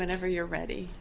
whenever you're ready